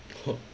!whoa!